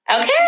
okay